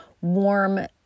warm